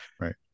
right